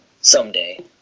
Someday